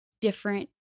different